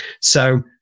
So-